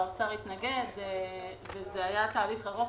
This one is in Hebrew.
משרד האוצר התנגד וזה היה תהליך ארוך.